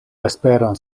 vesperon